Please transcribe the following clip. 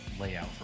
layout